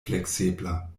fleksebla